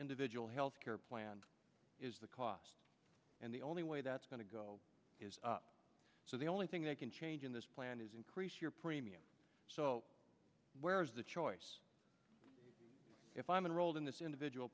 individual health care plan is the cost and the only way that's going to go so the only thing that can change in this plan is increase your premium so where is the choice if i'm enrolled in this individual